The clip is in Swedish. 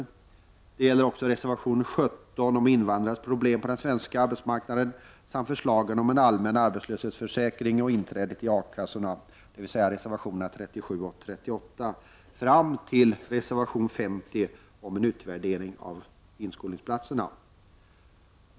Vidare gäller det reservation 17 om invandrares problem med att komma in på den svenska arbetsmarknaden samt framlagda förslag om en allmän arbetslöshetsförsäkring och inträdet i A-kassorna — dvs. reservationerna 37 och 38 fram till reservation 50, som handlar om en utvärdering av systemet med inskolningsplatser.